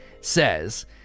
says